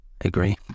agree